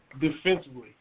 defensively